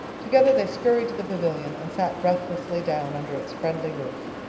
together they scurried to the pavilion and sat breathlessly down under its friendly roof.